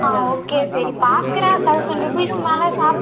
ஆ okay சரி பார்க்குறேன் thousand ருப்பீஸ்க்கு மேலே சாப்